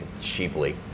cheaply